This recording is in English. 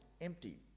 empty